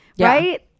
Right